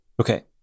Okay